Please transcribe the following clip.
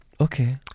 okay